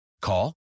Call